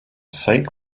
fake